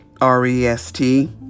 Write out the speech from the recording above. R-E-S-T